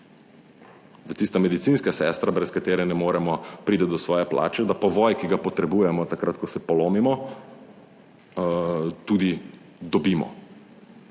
da tista medicinska sestra, brez katere ne moremo, pride do svoje plače, da povoj, ki ga potrebujemo takrat, ko se polomimo, tudi dobimo.